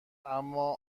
اما